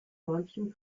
manchem